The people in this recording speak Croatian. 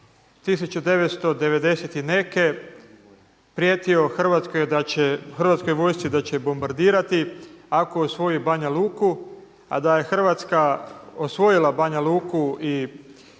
Hrvatskoj da će, Hrvatskoj vojsci da će bombardirati ako osvoji Banja Luku, a da je Hrvatska osvojila Banja Luku i poduzela